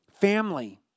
family